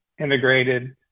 integrated